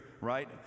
right